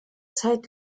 zeit